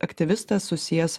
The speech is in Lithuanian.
aktyvistas susijęs